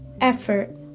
effort